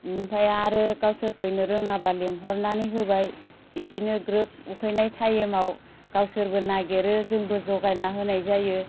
ओमफ्राय आरो गावसोर फैनो रोङाबा लेंहरनानै होबाय बिदिनो ग्रोब उखैनाय टाइमआव गावसोरबो नागिरो जोंबो ज'गायनानै होनाय जायो